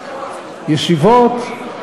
ישיבות,